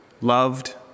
loved